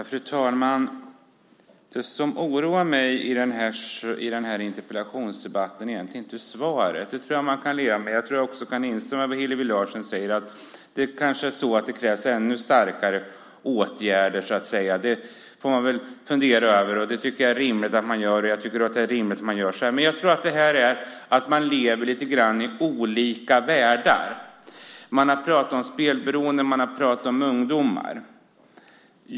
Fru talman! Det som oroar mig i den här interpellationsdebatten är egentligen inte svaret. Det tror jag att man kan leva med. Jag tror också att jag kan instämma i det Hillevi Larsson säger. Det är kanske så att det krävs ännu starkare åtgärder. Det får man fundera över. Jag tycker att det är rimligt att man gör det. Men jag tror att man lever lite grann i olika världar här. Det har pratats om spelberoende och ungdomar.